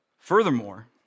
Furthermore